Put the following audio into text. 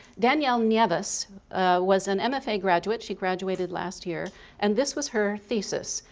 danielle nieves was an mfa graduate, she graduated last year and this was her thesis.